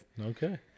Okay